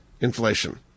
inflation